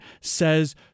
says